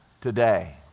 today